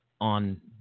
On